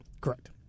correct